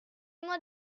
moi